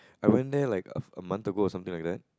I went there like a a month ago something like that